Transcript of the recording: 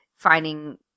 finding